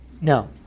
No